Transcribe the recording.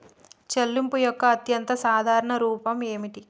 చెల్లింపు యొక్క అత్యంత సాధారణ రూపం ఏమిటి?